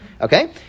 okay